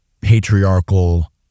patriarchal